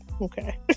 Okay